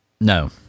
No